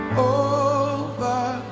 over